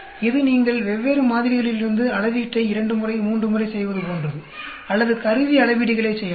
இது நீங்கள் வெவ்வேறு மாதிரிகளிலிருந்து அளவீட்டை இரண்டு முறை மூன்று முறை செய்வது போன்றது அல்லது கருவி அளவீடுகளைச் செய்யலாம்